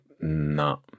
no